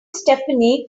stephanie